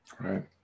Right